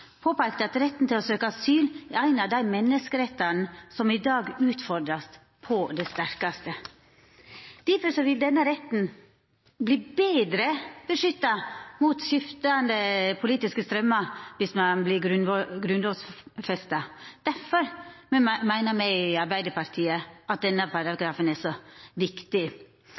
påpeikte at retten til å søkje asyl er ein av menneskerettane som i dag vert utfordra på det sterkaste. Difor vil denne retten verta betre beskytta mot skiftande politiske straumar dersom han vert grunnlovfesta. Difor meiner me i Arbeidarpartiet at denne paragrafen er så viktig.